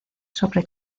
sobre